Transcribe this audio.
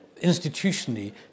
institutionally